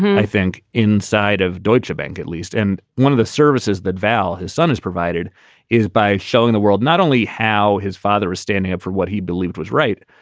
i think, inside of deutschebank at least. and one of the services that vall, his son, has provided is by showing the world not only how his father is standing up for what he believed was right,